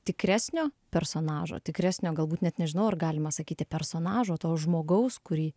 tikresnio personažo tikresnio galbūt net nežinau ar galima sakyti personažo to žmogaus kurį